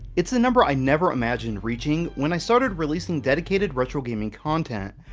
it's a number i never imagined reaching when i started releasing dedicated retro gaming content.